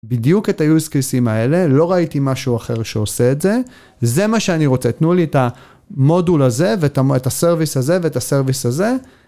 בדיוק את היוז קייסים האלה, לא ראיתי משהו אחר שעושה את זה. זה מה שאני רוצה, תנו לי את המודול הזה ואת הסרוויס הזה ואת הסרוויס הזה